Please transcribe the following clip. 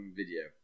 video